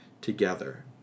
together